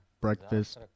breakfast